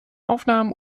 aufnahmen